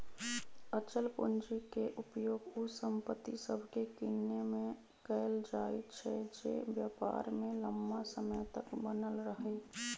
अचल पूंजी के उपयोग उ संपत्ति सभके किनेमें कएल जाइ छइ जे व्यापार में लम्मा समय तक बनल रहइ